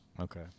Okay